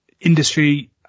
industry